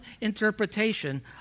interpretation